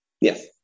Yes